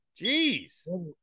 Jeez